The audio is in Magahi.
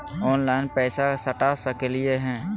ऑनलाइन पैसा सटा सकलिय है?